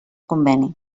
conveni